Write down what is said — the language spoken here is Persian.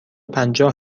پنجاه